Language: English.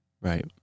Right